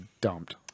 dumped